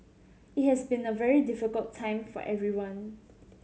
it has been a very difficult time for everyone